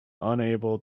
unable